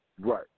Right